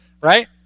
right